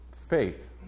faith